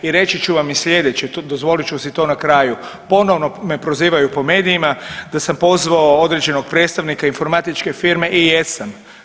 I reći ću vam i sljedeće, dozvolit ću si to na kraju, ponovno me prozivaju po medijima da sam pozvao određenog predstavnika informatičke firme i jesam.